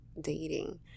dating